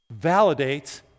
validates